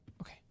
Okay